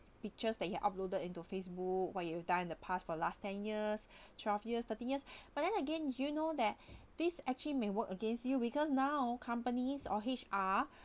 pictures that you are uploaded into facebook what you have done in the past for last ten years twelve years thirty years but then again you know that this actually may work against you because now companies or H_R